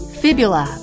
fibula